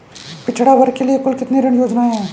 पिछड़ा वर्ग के लिए कुल कितनी ऋण योजनाएं हैं?